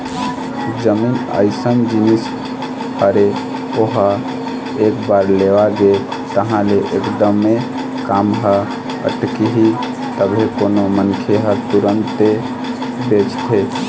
जमीन अइसन जिनिस हरे ओहा एक बार लेवा गे तहाँ ले एकदमे काम ह अटकही तभे कोनो मनखे ह तुरते बेचथे